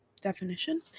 definition